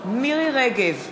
מירי רגב,